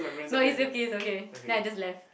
no it's okay it's okay then I just left